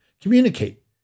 Communicate